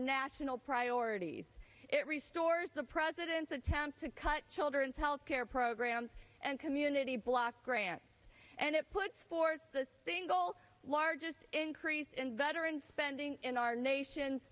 national priorities it re stores the president's attempts to cut children's health care programs and community block grants and it puts forth the single largest increase in veterans spending in our nation